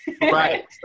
right